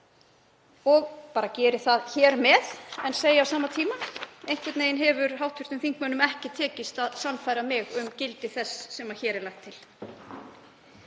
og geri það hér með. En ég segi á sama tíma: Einhvern veginn hefur hv. þingmönnum ekki tekist að sannfæra mig um gildi þess sem hér er lagt til.